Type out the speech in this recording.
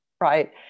right